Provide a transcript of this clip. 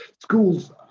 Schools